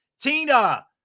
Tina